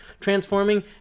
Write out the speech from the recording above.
transforming